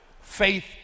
Faith